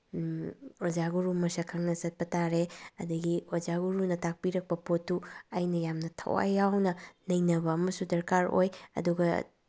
ꯑꯣꯖꯥ ꯒꯨꯔꯨ ꯃꯁꯛ ꯈꯪꯅ ꯆꯠꯄ ꯇꯥꯔꯦ ꯑꯗꯒꯤ ꯑꯣꯖꯥ ꯒꯨꯔꯨꯅ ꯇꯥꯛꯄꯤꯔꯛꯄ ꯄꯣꯠꯇꯨ ꯑꯩꯅ ꯌꯥꯝꯅ ꯊꯋꯥꯏ ꯌꯥꯎꯅ ꯅꯩꯅꯕ ꯑꯃꯁꯨ ꯗꯔꯀꯥꯔ ꯑꯣꯏ ꯑꯗꯨꯒ